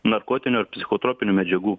narkotinių ar psichotropinių medžiagų